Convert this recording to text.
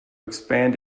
expand